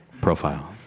Profile